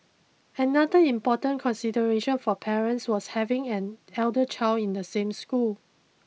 another important consideration for parents was having an elder child in the same school